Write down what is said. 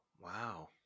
Wow